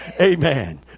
Amen